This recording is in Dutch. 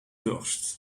dorst